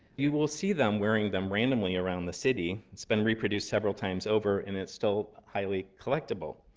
you will see them wearing them randomly around the city. it's been reproduced several times over, and it's still highly collectible.